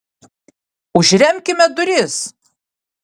užremkime duris